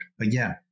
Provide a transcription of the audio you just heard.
Again